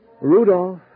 Rudolph